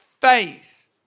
faith